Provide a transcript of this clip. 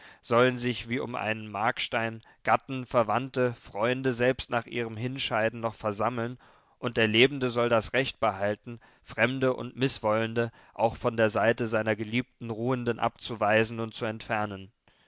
sollen sich wie um einen markstein gatten verwandte freunde selbst nach ihrem hinscheiden noch versammeln und der lebende soll das recht behalten fremde und mißwollende auch von der seite seiner geliebten ruhenden abzuweisen und zu entfernen